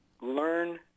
Learn